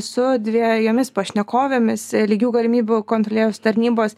su dviejomis pašnekovėmis e lygių galimybių kontrolieus tarnybos